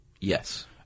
Yes